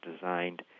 designed